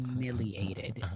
humiliated